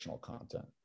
content